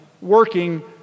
working